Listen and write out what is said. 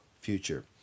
future